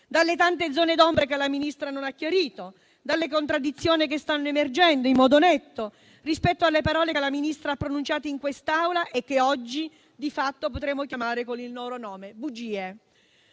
dalle tante zone d'ombra che la Ministra non ha chiarito, dalle contraddizioni che stanno emergendo in modo netto rispetto alle parole che la Ministra ha pronunciato in quest'Aula e che oggi di fatto potremmo chiamare con il loro nome: bugie.